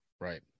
right